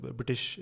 British